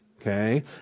okay